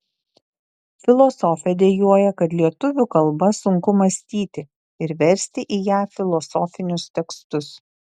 filosofė dejuoja kad lietuvių kalba sunku mąstyti ir versti į ją filosofinius tekstus